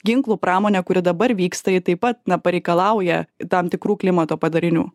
ginklų pramonė kuri dabar vyksta ji taip pat na pareikalauja tam tikrų klimato padarinių